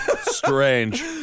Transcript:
Strange